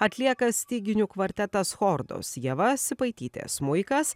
atlieka styginių kvartetas chordos ieva sipaitytė smuikas